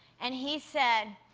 and he said,